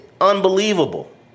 unbelievable